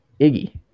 Iggy